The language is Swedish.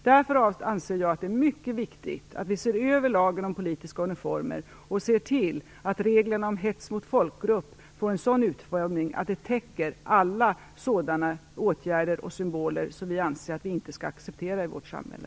Därför anser jag att det är mycket viktigt att vi ser över lagen om politiska uniformer och ser till att reglerna om hets mot folkgrupp får en sådan utformning att de täcker alla sådana åtgärder och symboler som vi anser att vi inte skall acceptera i vårt samhälle.